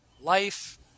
life